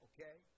Okay